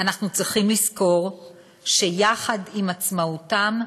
אנחנו צריכים לזכור שיחד עם עצמאותם,